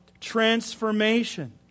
transformation